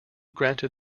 granted